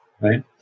right